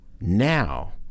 now